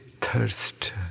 thirst